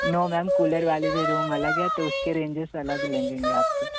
no ma'am cooler वाले भी room अलग है तो उसके रेंजेस अलग लगेंगे आप के